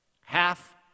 Half